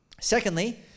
Secondly